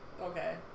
okay